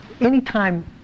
Anytime